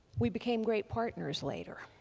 we became great partners later.